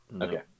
Okay